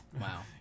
wow